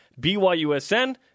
BYUSN